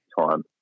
time